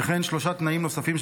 וכן שלושה תנאים נוספים,